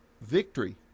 victory